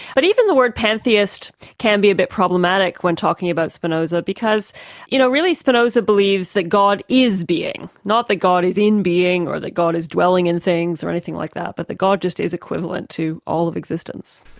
but even the word pantheist can be a bit problematic when talking about spinoza, because you know, really spinoza believes that god is being, not that god is in being, or that god is dwelling in things, or anything like that, but that god just is equivalent to all of existence.